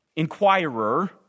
inquirer